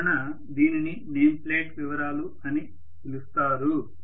అందువలన దీనిని name plate వివరాలు అని పిలుస్తారు